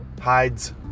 Hides